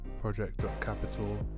project.capital